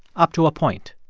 up to a point.